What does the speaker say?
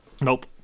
Nope